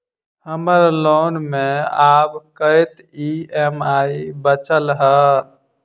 हम्मर लोन मे आब कैत ई.एम.आई बचल ह?